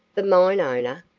the mine owner?